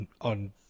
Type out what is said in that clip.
on